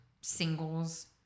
singles